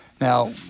Now